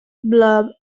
blob